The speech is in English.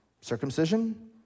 circumcision